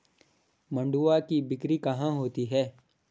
मंडुआ की बिक्री कहाँ होती है?